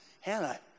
Hannah